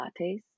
lattes